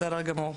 בסדר גמור.